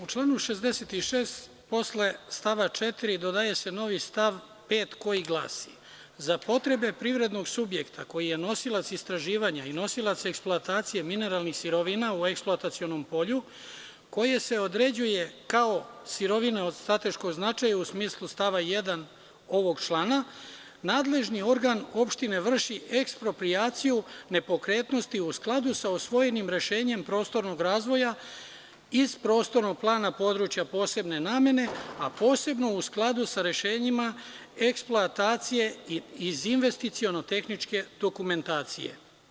U članu 66. posle stava 4. dodaje se novi stav 5. koji glasi – Za potrebe privrednog subjekta koji je nosilac istraživanja i nosilac eksploatacije mineralnih sirovina u eksploatacionom polju, koje su određene kao sirovine od strateškog značaja, u smislu stava 1. ovog člana, nadležni organ opštine vrši eksproprijaciju nepokretnosti u skladu sa usvojenim rešenjima prostornog razvoja iz Prostornog plana područja posebne namene, a posebno u skladu sa rešenjima eksploatacije iz investiciono-tehničke dokumentacije.